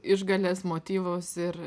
išgales motyvus ir